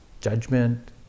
judgment